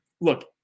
Look